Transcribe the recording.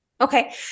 Okay